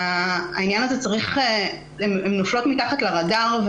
זאת קבוצה הטרוגנית והיא נופלת מתחת לרדאר.